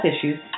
issues